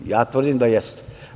Ja tvrdim da jeste.